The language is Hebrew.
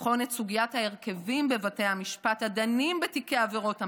לבחון את סוגיית ההרכבים בבתי המשפט הדנים בתיקי עבירות המין,